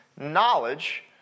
Knowledge